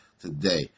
today